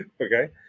Okay